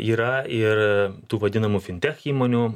yra ir tų vadinamų fintech įmonių